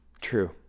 True